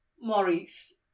Maurice